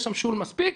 יש שם שול מספק.